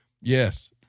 Yes